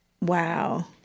Wow